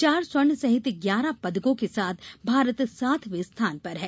चार स्वर्ण सहित ग्यारह पदकों के साथ भारत सातवें स्थान पर है